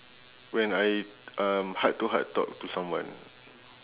when I um heart to heart talk to someone